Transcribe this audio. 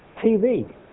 TV